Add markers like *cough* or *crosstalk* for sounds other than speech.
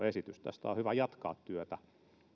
*unintelligible* esitys tästä on on hyvä jatkaa työtä